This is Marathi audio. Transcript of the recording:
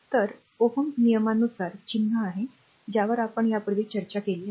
तर ओहम नियमानुसार चिन्ह आहे ज्यावर आपण यापूर्वी चर्चा केली आहे